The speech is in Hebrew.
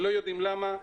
אנחנו לא יודעים למה.